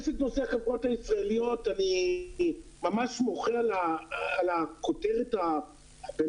יש את הנושא של החברות הישראליות ואני ממש מוחה על הכותרת הלא-הגיונית